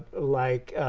like